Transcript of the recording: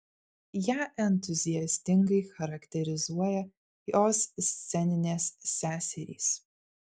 ją entuziastingai charakterizuoja jos sceninės seserys